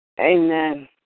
Amen